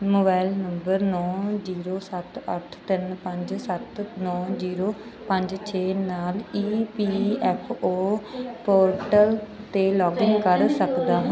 mobile number ਨੌਂ zero ਸੱਤ ਅੱਠ ਤਿੰਨ ਪੰਜ ਸੱਤ ਨੌਂ ਜੀਰੋ ਪੰਜ ਛੇ ਨਾਲ E P F O portal 'ਤੇ ਲੌਗਇਨ ਕਰ ਸਕਦਾ ਹਾਂ